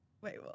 Wait